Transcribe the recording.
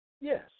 Yes